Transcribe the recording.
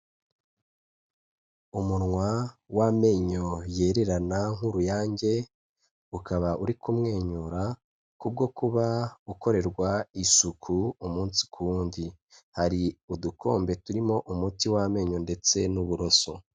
Umunwa w'amenyo yererana nk'uruyange, ukaba uri kumwenyura kubwo kuba ukorerwa isuku umunsi ku wundi, hari udukombe turimo umuti w'amenyo ndetse n'uburoso.